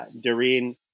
Doreen